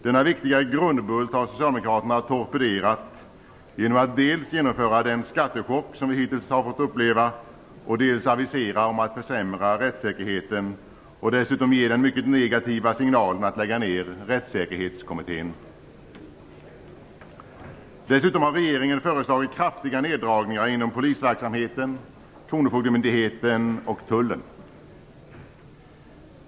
Denna grundbult har socialdemokraterna torpederat genom att dels genomföra den skattechock som vi hittills har fått uppleva, dels avisera en försämring av rättssäkerheten, dels sända ut den mycket negativa signal som det innebär att lägga ned Rättssäkerhetskommittén. Dessutom har regeringen föreslagit kraftiga neddragningar inom polisverksamheten, kronofogdemyndigheten och tullen.